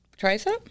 Tricep